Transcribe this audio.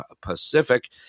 Pacific